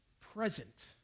present